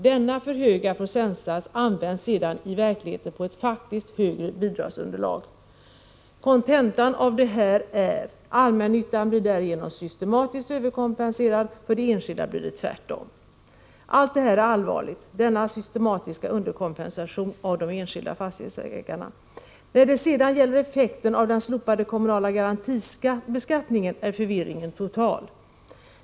Denna för höga procentsats används sedan i verkligheten på ett faktiskt, högre bidragsunderlag. Kontentan av detta är: Allmännyttan blir därigenom systematiskt överkompenserad. För de enskilda blir det tvärtom. Allt detta är allvarligt — denna systematiska underkompensation av de enskilda fastighetsägarna. När det sedan gäller effekten av den slopade kommunala garantibeskattningen är förvirringen total.